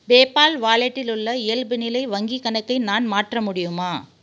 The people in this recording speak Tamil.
பேபால் வாலெட்டில் உள்ள இயல்புநிலை வங்கிக் கணக்கை நான் மாற்ற முடியுமா